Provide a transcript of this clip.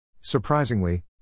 Surprisingly